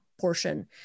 portion